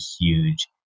huge